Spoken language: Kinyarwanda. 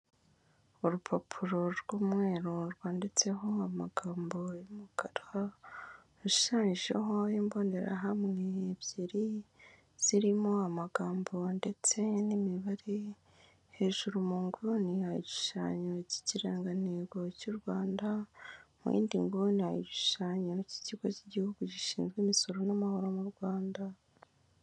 Urupapuro rw'umweru rwanditseho amagambo y'umukara, rushayijeho imbonerahamwe ebyiri, zirimo amagambo ndetse n'imibare, hejuru munguni hari igishushanyo n'ikirangantego cy'u Rwanda. Muyindi nguni hari igishushanyo cy'ikigo cy'igihugu gishinzwe imisoro n'amahoro mu Rwanda.